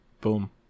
boom